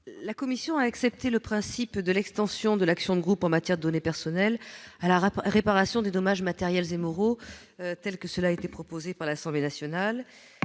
La commission a accepté le principe de l'extension de l'action de groupe en matière de données personnelles à la réparation des dommages matériels et moraux, ainsi que l'a proposé l'Assemblée nationale.